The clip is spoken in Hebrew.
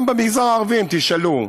גם במגזר הערבי, אם תשאלו,